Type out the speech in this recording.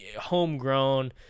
homegrown